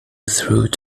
through